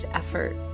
effort